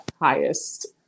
highest